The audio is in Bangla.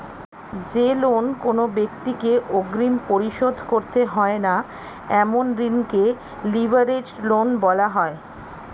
যে লোন কোনো ব্যাক্তিকে অগ্রিম পরিশোধ করতে হয় না এমন ঋণকে লিভারেজড লোন বলা হয়